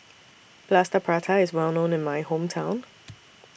Plaster Prata IS Well known in My Hometown